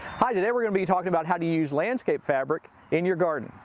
hi, today we're going to be talking about how to use landscape fabric in your garden,